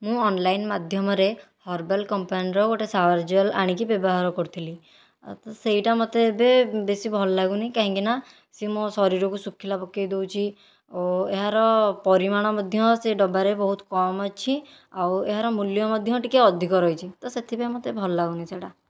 ମୁଁ ଅନ୍ଲାଇନ୍ ମାଧ୍ୟମରେ ହର୍ବାଲ କମ୍ପାନୀର ଗୋଟିଏ ଶାୱାର ଜେଲ୍ ଆଣିକି ବ୍ୟବହାର କରୁଥିଲିତ ସେହିଟା ମୋତେ ଏବେ ବେଶି ଭଲ ଲାଗୁନି କାହିଁକି ନା ସେ ମୋ ଶରୀରକୁ ଶୁଖିଲା ପକାଇ ଦେଉଛି ଓ ଏହାର ପରିମାଣ ମଧ୍ୟ ସେହି ଡବାରେ ବହୁତ କମ ଅଛି ଆଉ ଏହାର ମୂଲ୍ୟ ମଧ୍ୟ ଟିକେ ଅଧିକ ରହିଛି ତ ସେଥିପାଇଁ ମୋତେ ଭଲ ଲାଗୁନି ସେହିଟା